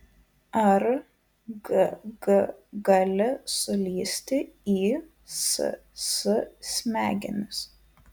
ar g g gali sulįsti į s s smegenis